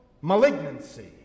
malignancy